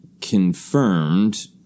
confirmed